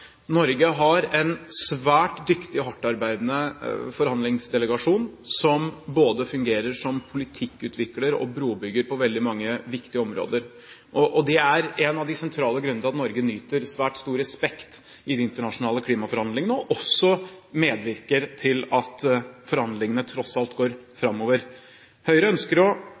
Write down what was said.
Norge har en svært dyktig og hardt arbeidende forhandlingsdelegasjon som fungerer som både politikkutvikler og brobygger på veldig mange viktige områder. Det er en av de sentrale grunnene til at Norge nyter svært stor respekt i de internasjonale klimaforhandlingene og også medvirker til at forhandlingene tross alt går framover. Høyre ønsker å